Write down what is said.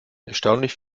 erstaunlich